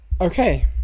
Okay